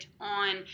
on